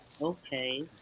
Okay